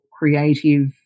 creative